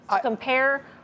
compare